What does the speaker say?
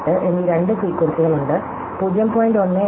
18 എന്നീ രണ്ട് ഫ്രീക്വൻസികളുണ്ട് 0